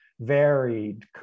varied